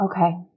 Okay